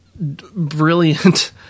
brilliant